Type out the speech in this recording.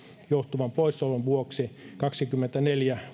johtuvan poissaolon vuoksi kaksikymmentäneljä